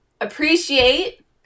appreciate